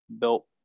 built